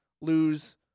lose